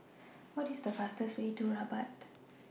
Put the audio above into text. What IS The fastest Way to Rabat